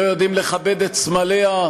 לא יודעים לכבד את סמליה,